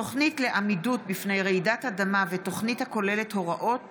(תוכנית לעמידות בפני רעידת אדמה ותוכנית הכוללת הוראה